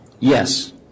Yes